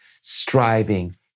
striving